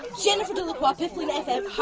jennifer delacroix, piffling fm. how